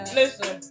listen